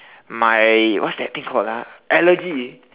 my what's that thing called ah allergy